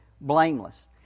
blameless